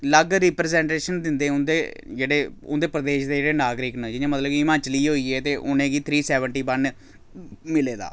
अलग रिप्रजेंटेशन दिंदे उं'दे जेह्ड़े उं'दे प्रदेश दे जेह्ड़े नागरक न जि'यां मतलब कि हिमाचली होई गे ते उ'नेंगी थ्री सैवेंटी वन मिले दा